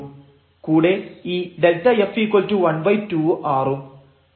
കൂടെ ഈ Δf12r ഉം